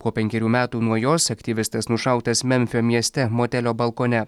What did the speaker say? po penkerių metų nuo jos aktyvistas nušautas memfio mieste motelio balkone